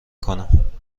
کنم